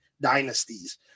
dynasties